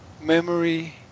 Memory